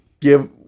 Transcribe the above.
Give